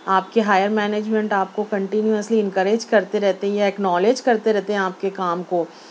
آپ کے higher management اگر آپ کو کنٹینوسلی انکریج کرتے رہتے ہیں یا اکنالج کرتے رہتے ہیں آپ کے کام کو